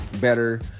better